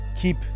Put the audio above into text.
Keep